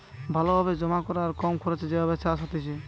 ভালো ভাবে জমা করা আর কম খরচে যে ভাবে চাষ হতিছে